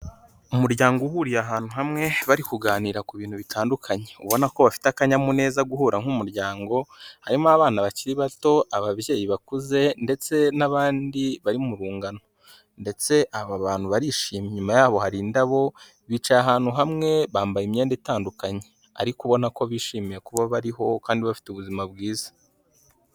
Umuryango uhuriye ahantu hamwe bari kuganira ku bintu bitandukanye ubona ko bafite akanyamuneza guhura nk'umuryango harimo abana bakiri bato, ababyeyi bakuze, ndetse n'abandi bari mu rungano ndetse aba bantu barishimye, inyuma yabo hari indabo bicaye ahantu hamwe bambaye imyenda itandukanye ariko ubona ko bishimiye kuba bariho kandi bafite ubuzima bwiza.